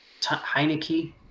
Heineke